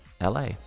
LA